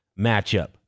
matchup